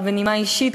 ככה בנימה אישית,